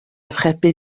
archebu